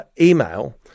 email